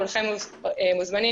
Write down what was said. כולכם מוזמנים,